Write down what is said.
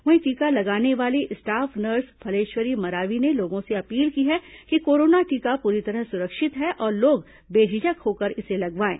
वहीं टीका लगाने वाली स्टाफ नर्स फलेश्वरी मरावी ने लोगों से अपील की है कि कोरोना टीका पूरी तरह सुरक्षित है और लोग बेझिझक होकर इसे लगवाएं